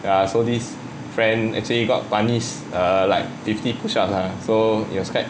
ya so this friend actually got punish err like fifty push ups lah so it was quite